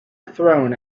throne